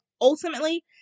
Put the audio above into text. ultimately